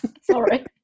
Sorry